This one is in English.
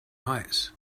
heights